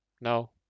No